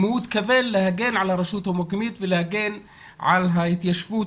אם הוא התכוון להגן על הרשות המקומית ולהגן על ההתיישבות,